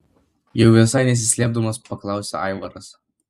jau visai nesislėpdamas paklausia aivaras